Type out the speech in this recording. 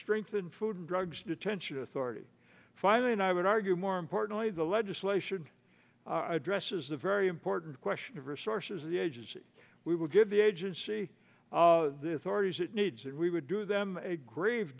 strengthen food and drugs detention authority finally and i would argue more importantly the legislation addresses the very important question of resources the agency we will give the agency this already as it needs it we would do them a grave